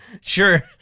Sure